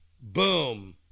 Boom